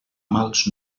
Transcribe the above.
mals